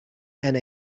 and